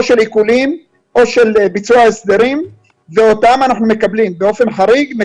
של עיקולים או של ביצוע הסדרים ואותם אנחנו מקבלים באופן חריג.